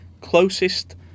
closest